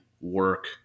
work